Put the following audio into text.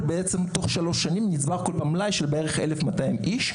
תוך שלוש שנים נצבר כל פעם מלאי של בערך 1,200 איש,